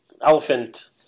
elephant